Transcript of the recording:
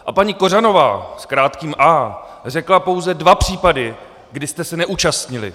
A paní Kořanová s krátkým a řekla pouze dva případy, kdy jste se neúčastnili.